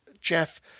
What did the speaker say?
Jeff